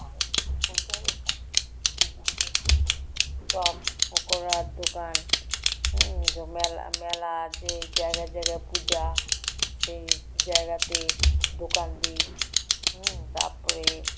chop ও দোকান হয় যে মেলা মেলা যে জায়গায় জায়গায় পূজা সেই জায়গাতে দোকান দিই তারপরে